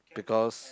because